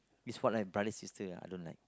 this what I brother sister ah I don't like